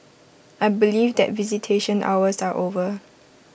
I believe that visitation hours are over